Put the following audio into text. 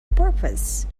purpose